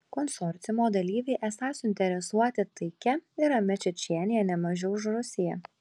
konsorciumo dalyviai esą suinteresuoti taikia ir ramia čečėnija ne mažiau už rusiją